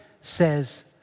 says